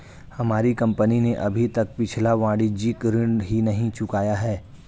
हमारी कंपनी ने अभी तक पिछला वाणिज्यिक ऋण ही नहीं चुकाया है